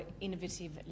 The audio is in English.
innovative